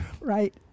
right